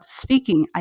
speaking